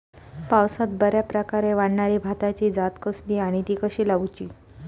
पावसात बऱ्याप्रकारे वाढणारी भाताची जात कसली आणि ती कशी लाऊची?